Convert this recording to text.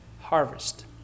harvest